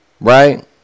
Right